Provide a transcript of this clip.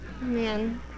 man